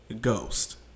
ghost